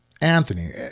Anthony